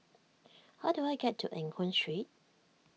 how do I get to Eng Hoon Street